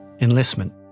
enlistment